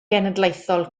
genedlaethol